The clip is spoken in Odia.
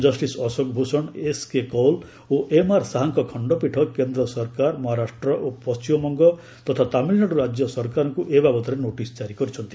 ଜଷ୍ଟିସ୍ ଅଶୋକ ଭୂଷଣ ଏସ୍କେ କୌଲ ଓ ଏମ୍ଆର୍ ଶାହାଙ୍କ ଖଣ୍ଡପୀଠ କେନ୍ଦ୍ର ସରକାର ମହାରାଷ୍ଟ୍ର ପଣ୍ଟିମବଙ୍ଗ ଓ ତାମିଲନାଡ଼ୁ ରାଜ୍ୟ ସରକାରଙ୍କୁ ଏ ବାବଦରେ ନୋଟିସ୍ ଜାରି କରିଛନ୍ତି